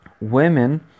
Women